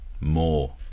more